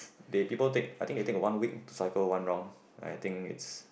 they people take I think they take a one week cycle one round and I think it's